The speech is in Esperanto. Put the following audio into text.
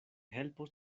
helpos